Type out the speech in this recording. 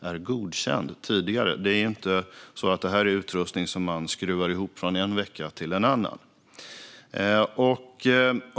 är godkänd sedan tidigare. Det är inte utrustning som skruvas ihop från en vecka till en annan.